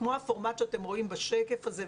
כמו הפורמט שאתם רואים בשקף הזה,